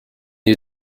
you